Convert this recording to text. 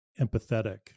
empathetic